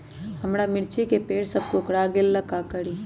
हमारा मिर्ची के पेड़ सब कोकरा गेल का करी?